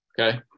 Okay